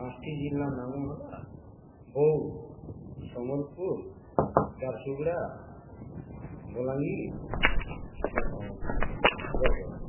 ପାଞ୍ଚଟି ଜିଲ୍ଲା ନାମ ହେଲା ବୌଦ୍ଧ ସମ୍ବଲପୁର ଝାରସୁଗୁଡ଼ା ବଲାଙ୍ଗୀର ବରଗଡ଼